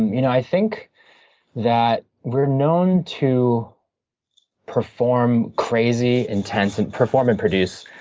you know i think that we're known to perform crazy, intense, and perform and produce,